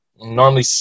normally